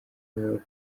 york